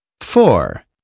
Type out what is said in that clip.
four